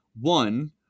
One